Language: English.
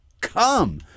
come